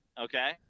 okay